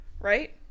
Right